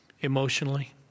emotionally